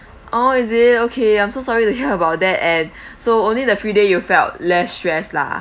!aww! is it okay I'm so sorry to hear about that and so only the free day you felt less stress lah